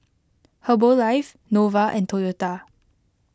Herbalife Nova and Toyota